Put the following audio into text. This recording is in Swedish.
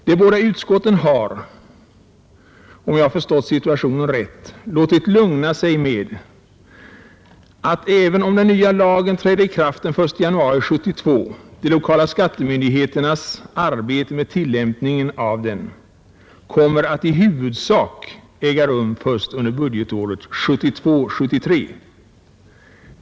De båda utskotten har — om jag förstått situationen rätt — låtit lugna sig med att, även om den nya lagen träder i kraft den 1 januari 1972, de lokala skattemyndigheternas arbete med tillämpningen av den kommer att i huvudsak äga rum först under budgetåret 1972/73.